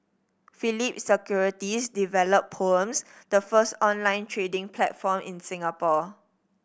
Phillip Securities developed Poems the first online trading platform in Singapore